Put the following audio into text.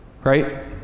right